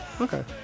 Okay